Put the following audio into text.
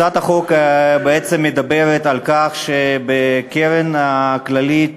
הצעת החוק בעצם מדברת על כך שבקרן הכללית